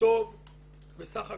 טוב בסך הכול,